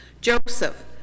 Joseph